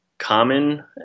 Common